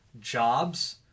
jobs